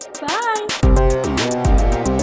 Bye